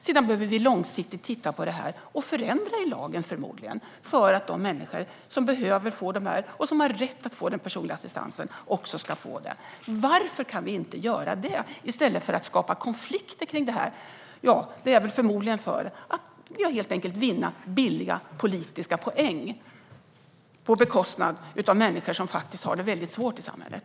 Sedan behöver vi långsiktigt titta på lagen och förmodligen göra förändringar i den, så att de människor som behöver och har rätt att få den personliga assistansen också ska få den. Varför kan vi inte göra det i stället för att skapa konflikter kring detta? Ja, det är väl förmodligen för att helt enkelt vinna billiga politiska poäng på bekostnad av människor som har det väldigt svårt i samhället.